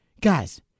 Guys